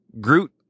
Groot